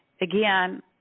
Again